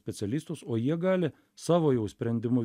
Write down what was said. specialistus o jie gali savo jau sprendimu